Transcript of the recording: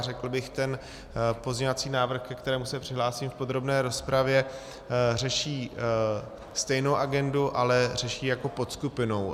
Řekl bych, ten pozměňovací návrh, ke kterému se přihlásím v podrobné rozpravě, řeší stejnou agendu, ale řeší jako podskupinou.